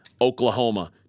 Oklahoma